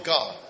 God